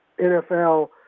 NFL